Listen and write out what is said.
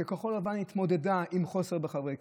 שכחול לבן התמודדה עם חוסר בחברי כנסת,